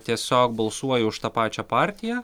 tiesiog balsuoja už tą pačią partiją